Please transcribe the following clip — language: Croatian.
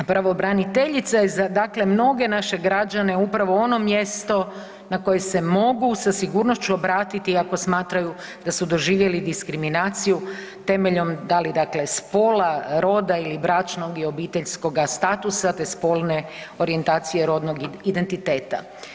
Pravobraniteljica je za dakle mnoge naše građane upravo ono mjesto na koje se mogu sa sigurnošću obratiti ako smatraju da su doživjeli diskriminaciju temeljem, da li dakle, spola, roda ili bračnog i obiteljskoga statusa te spolne orijentacije, rodnog identiteta.